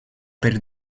per